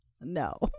No